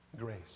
grace